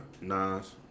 Nas